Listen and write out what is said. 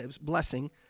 blessing